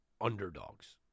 underdogs